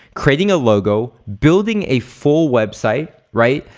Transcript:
creating a logo, building a full website, right?